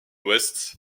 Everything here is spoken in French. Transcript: ouest